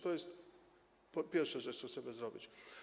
To jest pierwsza rzecz, którą chcemy zrobić.